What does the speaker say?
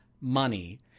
money